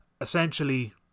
Essentially